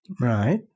Right